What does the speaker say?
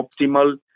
optimal